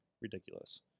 ridiculous